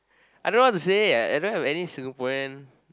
I don't know what to say I don't have any Singaporean